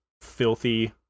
filthy